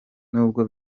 n’ubwo